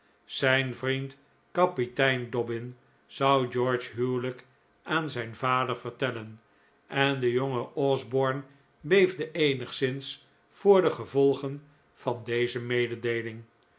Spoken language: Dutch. zijn vriend kapitein dobbin zou george's huwelijk aan zijn vader vertellen en de jonge osborne beefde eenigszins voor de gevolgen van deze mededeeling